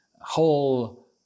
whole